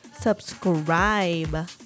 Subscribe